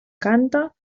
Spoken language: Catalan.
canta